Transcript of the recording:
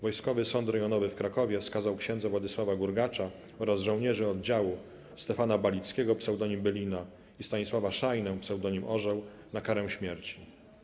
Wojskowy Sąd Rejonowy w Krakowie skazał księdza Władysława Gurgacza oraz żołnierzy oddziału Stefana Balickiego, ps. Bylina, i Stanisława Szajnę, ps. Orzeł, na karę śmierci.